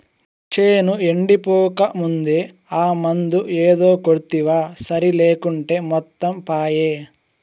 చేను ఎండిపోకముందే ఆ మందు ఏదో కొడ్తివా సరి లేకుంటే మొత్తం పాయే